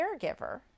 caregiver